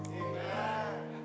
amen